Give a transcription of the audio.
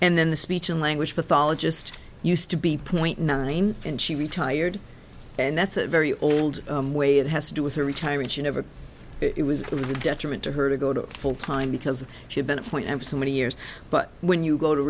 and then the speech and language pathologist used to be point nine and she retired and that's a very old way it has to do with her retirement you never it was it was a detriment to her to go to full time because she'd been a point for so many years but when you go to